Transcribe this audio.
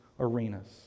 arenas